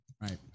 Right